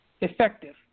effective